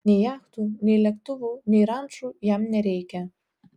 nei jachtų nei lėktuvų nei rančų jam nereikia